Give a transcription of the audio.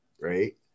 right